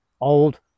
Old